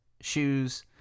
shoes